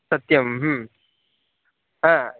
सत्यं हा